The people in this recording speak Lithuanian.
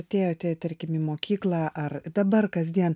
atėjoteį tarkim į mokyklą ar dabar kasdien